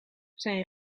zijn